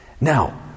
Now